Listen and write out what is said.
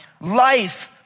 life